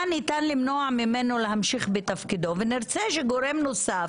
ניתן למנוע ממנו להמשיך בתפקידו ונרצה שגורם נוסף,